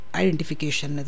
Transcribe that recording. identification